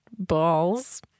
balls